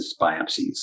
biopsies